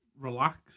relax